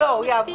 לעבור הוא יעבור.